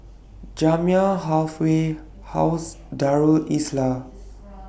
Jamiyah Halfway House Darul Islah